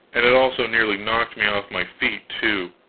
and it also nearly knocked me off my feet, too,